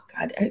God